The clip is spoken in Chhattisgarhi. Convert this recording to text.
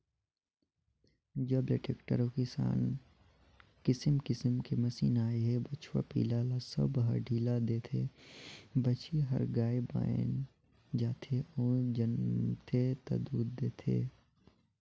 जब ले टेक्टर अउ किसम किसम के मसीन आए हे बछवा पिला ल सब ह ढ़ील देथे, बछिया हर गाय बयन जाथे अउ जनमथे ता दूद देथे